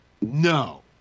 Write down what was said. No